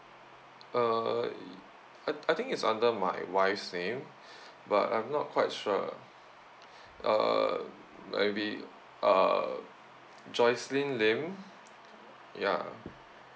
err I I think it's under my wife's name but I'm not quite sure uh maybe uh joycelyn lim ya